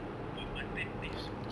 mm but mutton taste so good